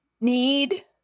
need